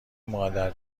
مادر